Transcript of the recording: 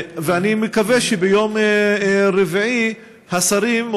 אני מקווה שביום רביעי השרים,